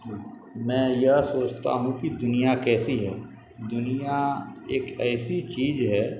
میں یہ سوچتا ہوں کہ دنیا کیسی ہے دنیا ایک ایسی چیز ہے